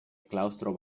claustro